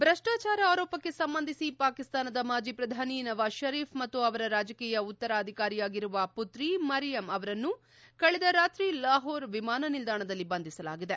head ಭ್ರಷ್ಟಾಚಾರ ಆರೋಪಕ್ಕೆ ಸಂಬಂಧಿಸಿ ಪಾಕಿಸ್ತಾನದ ಮಾಜಿ ಪ್ರಧಾನಿ ನವಾಜ್ ಶರೀಫ್ ಮತ್ತು ಅವರ ರಾಜಕೀಯ ಉತ್ತರಾಧಿಕಾರಿಯಾಗಿರುವ ಪುತ್ರಿ ಮರ್ಯಮ್ ಅವರನ್ನು ಕಳೆದ ರಾತ್ರಿ ಲಾಹೋರ್ ವಿಮಾನ ನಿಲ್ಲಾಣದಲ್ಲಿ ಬಂಧಿಸಲಾಗಿದೆ